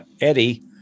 Eddie